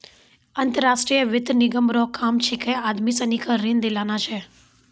अंतर्राष्ट्रीय वित्त निगम रो काम छिकै आदमी सनी के ऋण दिलाना छै